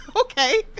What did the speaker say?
Okay